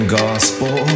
gospel